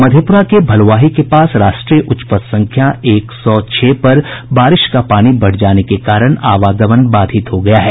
मधेपुरा के भलुआही के पास राष्ट्रीय उच्च पथ संख्या एक सौ छह पर बारिश का पानी बढ़ जाने के कारण आवागमन बाधित हो गया है